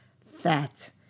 fat